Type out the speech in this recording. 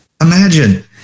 Imagine